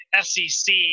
sec